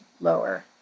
lower